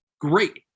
great